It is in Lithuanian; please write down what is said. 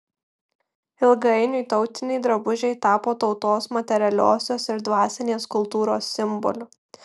ilgainiui tautiniai drabužiai tapo tautos materialiosios ir dvasinės kultūros simboliu